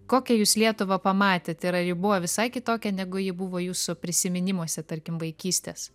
kokią jūs lietuvą pamatėt ir ar ji buvo visai kitokia negu ji buvo jūsų prisiminimuose tarkim vaikystės